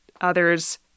others